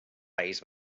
país